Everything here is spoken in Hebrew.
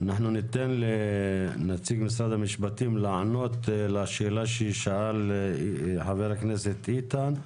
אנחנו ניתן לנציג משרד המשפטים לענות לשאלה ששאל חבר הכנסת איתן,